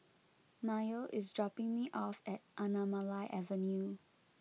Mayo is dropping me off at Anamalai Avenue